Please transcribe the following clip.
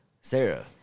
Sarah